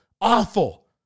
Awful